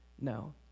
No